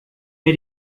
mir